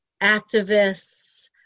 activists